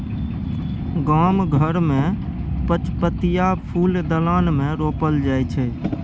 गाम घर मे पचपतिया फुल दलान मे रोपल जाइ छै